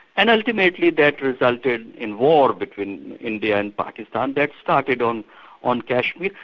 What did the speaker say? and ultimately that resulted in war between india and pakistan, that started on on kashmir,